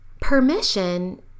permission